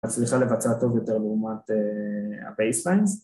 אז הוא ניסה לבצע טוב יותר ‫לעומת ה-baselines.